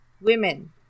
women